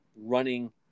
running